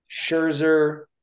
Scherzer